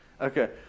Okay